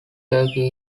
turkey